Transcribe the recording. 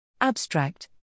Abstract